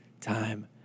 time